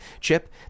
chip